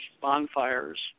bonfires